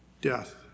Death